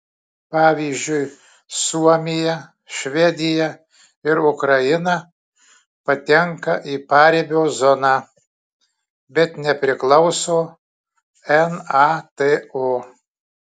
pavyzdžiui suomija švedija ir ukraina patenka į paribio zoną bet nepriklauso nato